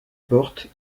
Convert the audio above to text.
portes